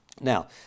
Now